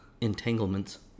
entanglements